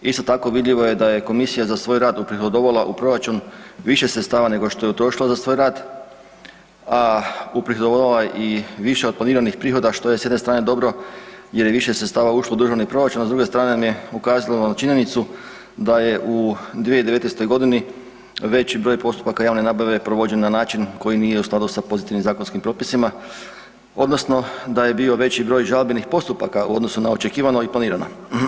Isto tako vidljivo je da je komisija za svoj rad uprihodovala u proračun više sredstava nego što je utrošila za svoj rad, a uprihodovala je i više od planiranih prihoda što je s jedne strane dobro jer je više sredstava ušlo u državni proračun, a s druge strane nam je ukazalo na činjenicu da je u 2019. godini veći broj postupaka javne nabave provođen na način koji nije u skladu sa pozitivnim zakonskim propisima odnosno da je bio veći broj žalbenih postupaka u odnosu na očekivano i planirano.